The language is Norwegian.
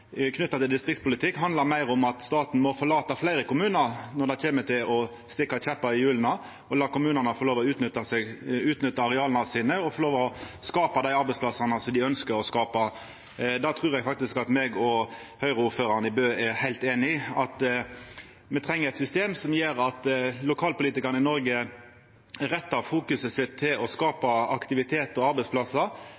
knytt til distriktspolitikk handlar meir om at staten må forlata fleire kommunar når det kjem til å stikka kjeppar i hjula, og la kommunane få lov til å utnytta areala sine og få lov til å skapa dei arbeidsplassane som dei ønskjer å skapa. Det trur eg faktisk at eg og Høgre-ordføraren i Bø er heilt einige om, at me treng eit system som gjer at lokalpolitikarane i Noreg rettar fokuset sitt mot å